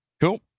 Cool